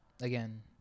again